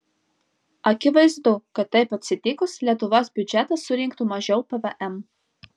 akivaizdu kad taip atsitikus lietuvos biudžetas surinktų mažiau pvm